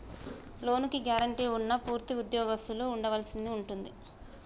లోనుకి గ్యారెంటీగా ఉన్నా పూర్తి ఉద్యోగస్తులుగా ఉండవలసి ఉంటుంది